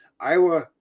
Iowa